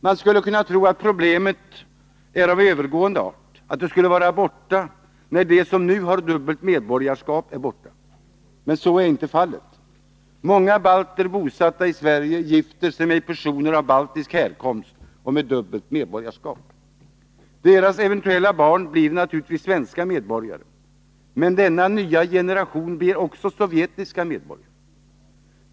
Man skulle kunna tro att problemet är av övergående art, att det skulle vara borta när de som nu har dubbelt medborgarskap är borta. Så är inte fallet. Många balter bosatta i Sverige gifter sig med personer av baltisk härkomst och med dubbelt medborgarskap. Deras eventuella barn blir naturligtvis svenska medborgare, men denna nya generation blir också sovjetiska medborgare.